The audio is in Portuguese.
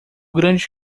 grande